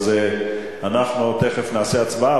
אז אנחנו מייד נעשה הצבעה,